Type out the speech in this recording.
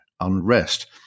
unrest